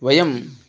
वयं